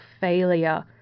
failure